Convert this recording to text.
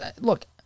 look